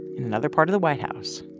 in another part of the white house.